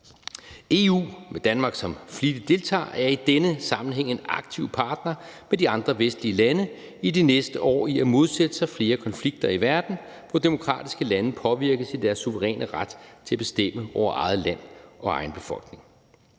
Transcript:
EU med Danmark som flittig deltager er i denne sammenhæng en aktiv partner med de andre vestlige lande i de næste år i forbindelse med at modsætte sig flere konflikter i verden, hvor demokratiske lande påvirkes i deres suveræne ret til at bestemme over eget land og egen befolkning.